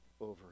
over